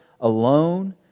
alone